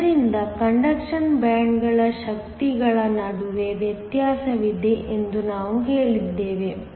ಆದ್ದರಿಂದ ಕಂಡಕ್ಷನ್ ಬ್ಯಾಂಡ್ಗಳ ಶಕ್ತಿಗಳ ನಡುವೆ ವ್ಯತ್ಯಾಸವಿದೆ ಎಂದು ನಾವು ಹೇಳಿದ್ದೇವೆ